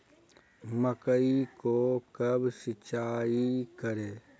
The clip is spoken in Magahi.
मकई को कब सिंचाई करे?